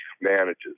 manages